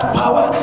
power